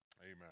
Amen